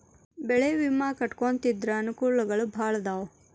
ಬೆಳೆ ವಿಮಾ ಕಟ್ಟ್ಕೊಂತಿದ್ರ ಅನಕೂಲಗಳು ಬಾಳ ಅದಾವ